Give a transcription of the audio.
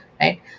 right